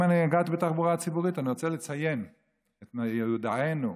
אם נגעתי בתחבורה ציבורית אני רוצה לציין את מיודענו,